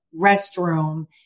restroom